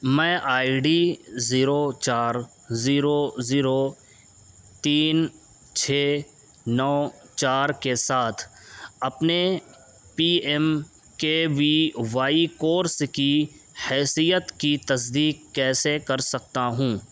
میں I D zero چار zero zero تین چھ نو چار کے ساتھ اپنے P M K V Y کورس کی حیثیت کی تصدیق کیسے کر سکتا ہوں